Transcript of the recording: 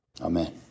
Amen